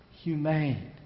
humane